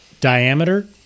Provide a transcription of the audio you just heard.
diameter